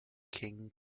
king